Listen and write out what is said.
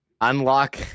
unlock